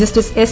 justice S